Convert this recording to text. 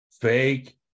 fake